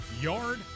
yard